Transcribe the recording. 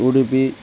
Udupi